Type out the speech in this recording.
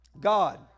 God